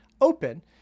open